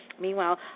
Meanwhile